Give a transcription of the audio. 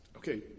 Okay